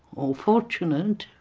or fortunate,